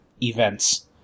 events